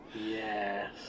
Yes